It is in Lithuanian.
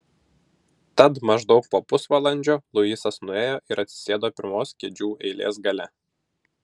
tad maždaug po pusvalandžio luisas nuėjo ir atsisėdo pirmos kėdžių eilės gale